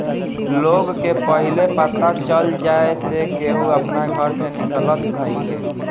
लोग के पहिले पता चल जाए से केहू अपना घर से निकलत नइखे